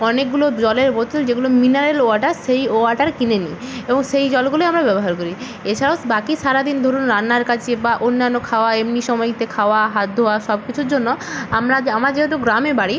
অনেকগুলো জলের বোতল যেগুলো মিনারেল ওয়াটার সেই ওয়াটার কিনে নিই এবং সেই জলগুলোই আমরা ব্যবহার করি এছাড়াও বাকি সারা দিন ধরুন রান্নার কাজে বা অন্যান্য খাওয়া এমনি সময়তে খাওয়া হাত ধোওয়া সব কিছুর জন্য আমরা আমার যেহেতু গ্রামে বাড়ি